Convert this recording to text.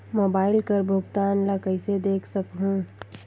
Mobile कर भुगतान ला कइसे देख सकहुं?